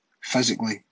physically